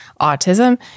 autism